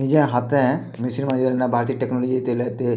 ନିଜେ ହାତେଁ ମେସିନ୍ ମୁସାନ ଯେ ନାଇଁ ବାହାରି ଥାଇଁ ଟେକ୍ନୋଲୋଜି ଯେତେବେଲେ ଏତେ